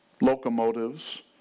locomotives